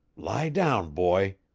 lie down, boy,